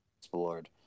explored